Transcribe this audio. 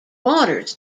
waters